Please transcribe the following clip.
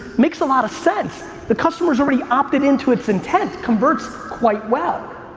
makes a lot of sense. the customers already opted into its intent, converts quite well.